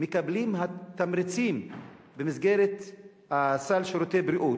מקבלים תמריצים במסגרת סל שירותי הבריאות,